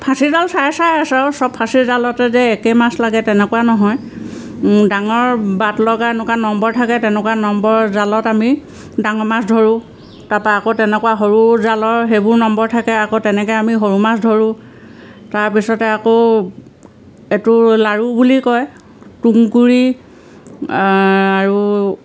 ফাঁচিজাল চাই চাই আছে আৰু চব ফাঁচি জালতে যে একে মাছ লাগে তেনেকুৱা নহয় ডাঙৰ বাট লগা এনেকুৱা নম্বৰ থাকে তেনেকুৱা নম্বৰৰ জালত আমি ডাঙৰ মাছ ধৰোঁ তাৰপা আকৌ তেনেকুৱা সৰু জালৰ সেইবোৰ নম্বৰ থাকে আকৌ তেনেকে আমি সৰু মাছ ধৰোঁ তাৰপিছতে আকৌ এইটো লাৰু বুলি কয় তুমকুৰি আৰু